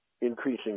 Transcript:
increasing